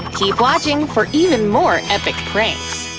keep watching for even more epic pranks.